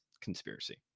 conspiracy